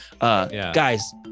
guys